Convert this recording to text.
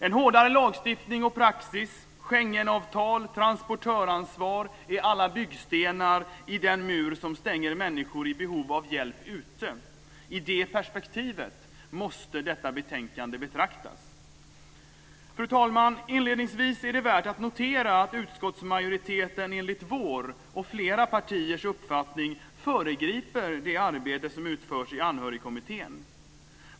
En hårdare lagstiftning och praxis, Schengenavtal och transportöransvar är alla byggstenar i den mur som stänger människor i behov av hjälp ute. I det perspektivet måste detta betänkande betraktas. Fru talman! Inledningsvis är det värt att notera att utskottsmajoriteten enligt vår, och flera partiers, uppfattning föregriper det arbete som utförs i Anhörigkommittén.